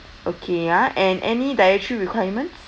okay ah and any dietary requirements